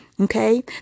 Okay